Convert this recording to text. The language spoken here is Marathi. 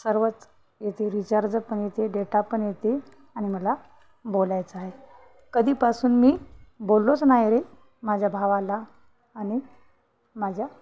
सर्वच येते रिचार्ज पण येते डेटा पण येते आणि मला बोलायचं आहे कधीपासून मी बोललोच नाही रे माझ्या भावाला आणि माझ्या